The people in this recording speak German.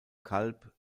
kalb